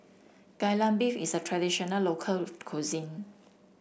Kai Lan Beef is a traditional local cuisine